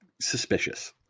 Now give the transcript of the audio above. suspicious